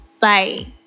Bye